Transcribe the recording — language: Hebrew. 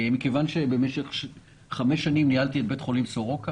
מכיוון שבמשך חמש שנים ניהלתי את בית חולים סורוקה